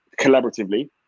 collaboratively